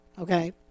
okay